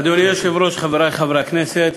אדוני היושב-ראש, חברי חברי הכנסת,